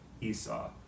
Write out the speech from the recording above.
Esau